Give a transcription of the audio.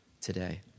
today